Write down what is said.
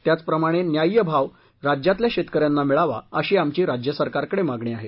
त्याचप्रमाणे न्याय भाव राज्यातल्या शेतक यांना मिळावा अशी आमची राज्यसरकरकडे मागणी आहे